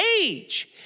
age